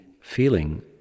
feeling